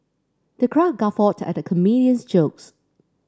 the crowd guffawed at the comedian's jokes